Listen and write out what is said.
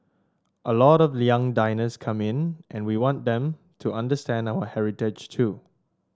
a lot of young diners come in and we want them to understand our heritage too